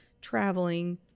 traveling